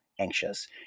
anxious